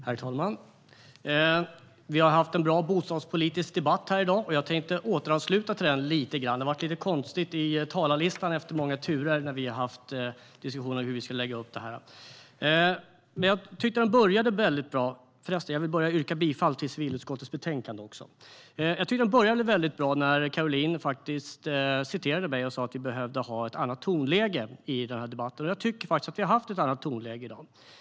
Herr talman! Vi har haft en bra bostadspolitisk debatt här i dag, och jag tänkte återknyta till den lite grann. Det blev lite konstigt i talarlistan efter många turer i diskussionen om hur vi skulle lägga upp det. Jag vill yrka bifall till utskottets förslag i betänkandet. Jag tyckte att det började väldigt bra när Caroline Szyber citerade mig och sa att vi behövde ha ett annat tonläge i den här debatten, och jag tycker faktiskt att vi har haft ett annat tonläge i dag.